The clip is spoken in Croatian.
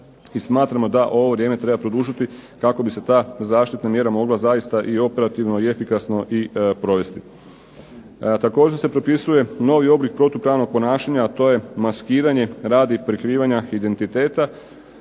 i smatramo da ovo vrijeme treba produžiti kako bi se ta zaštitna mjera mogla zaista i operativno i efikasno provesti. Također se propisuje novi protupravni oblik ponašanja, a to je maskiranje radi prekrivanja identiteta